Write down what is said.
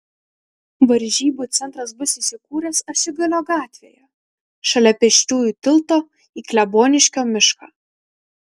varžybų centras bus įsikūręs ašigalio gatvėje šalia pėsčiųjų tilto į kleboniškio mišką